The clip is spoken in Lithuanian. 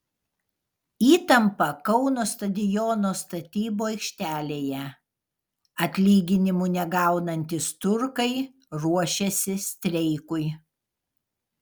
įtampa kauno stadiono statybų aikštelėje atlyginimų negaunantys turkai ruošiasi streikui